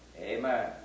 Amen